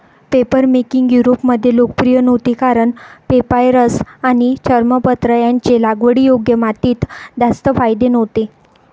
papermaking युरोपमध्ये लोकप्रिय नव्हती कारण पेपायरस आणि चर्मपत्र यांचे लागवडीयोग्य मातीत जास्त फायदे नव्हते